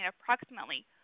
approximately